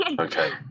okay